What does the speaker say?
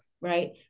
right